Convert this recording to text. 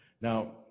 Now